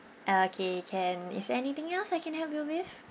okay can is there anything else I can help you with